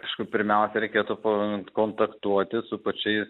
aišku pirmiausia reikėtų pakontaktuoti su pačiais